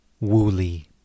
Wooly